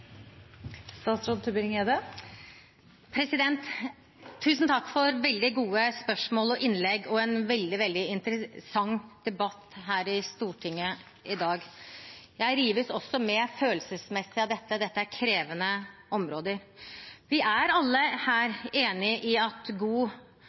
Tusen takk for veldig gode spørsmål og innlegg og en veldig interessant debatt her i Stortinget i dag. Jeg rives også med følelsesmessig av dette, dette er krevende områder. Vi er alle her